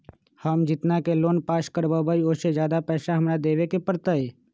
हम जितना के लोन पास कर बाबई ओ से ज्यादा पैसा हमरा देवे के पड़तई?